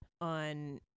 on